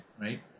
right